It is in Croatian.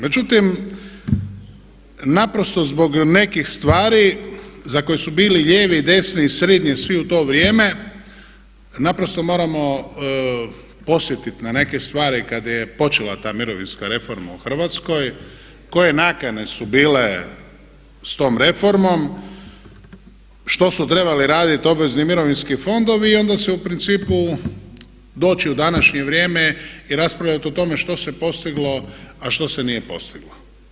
Međutim, naprosto zbog nekih stvari za koje su bili lijevi i desni i srednji svi u to vrijeme, naprosto moramo posjetiti na neke stvari kad je počela ta mirovinska reforma u Hrvatskoj, koje nakane su bile s tom reformom, što su trebali raditi obvezni mirovinski fondovi i onda se u principu doći u današnje vrijeme i raspravljati o tome što se postiglo a što se nije postiglo.